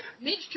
Mitch